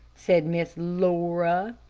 said miss laura.